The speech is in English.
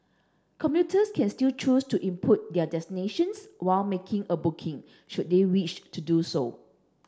commuters can still choose to input their destinations while making a booking should they wish to do so